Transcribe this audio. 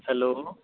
hello